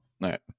right